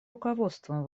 руководством